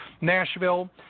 Nashville